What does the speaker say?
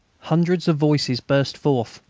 hundreds of voices burst forth,